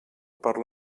per